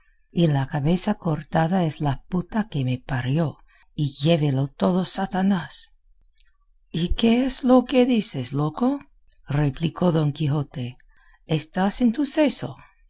y la cabeza cortada es la puta que me parió y llévelo todo satanás y qué es lo que dices loco replicó don quijote estás en tu seso